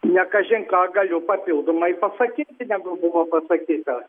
ne kažin ką galiu papildomai pasakyti negu buvo pasakyta